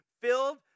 filled